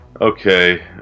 okay